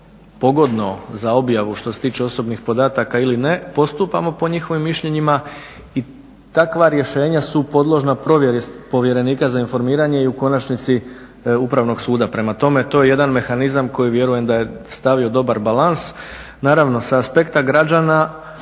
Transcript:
pogodno za objavu što se tiče osobnih podataka, postupamo po njihovim mišljenjima i takva rješenja su podložna provjeri povjerenika za informiranje i u konačnici Upravnog suda. Prema tome to je jedan mehanizam koji vjerujem da je stavio dobar balans. Naravno sa aspekta građana